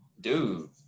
dude